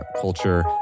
culture